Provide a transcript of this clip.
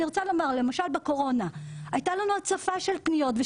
אני רוצה לומר שלמשל בקורונה הייתה לנו הצפה של פניות.